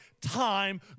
time